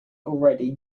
already